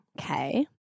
Okay